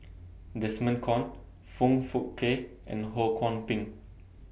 Desmond Kon Foong Fook Kay and Ho Kwon Ping